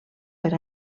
per